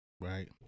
right